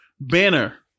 banner